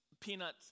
Peanuts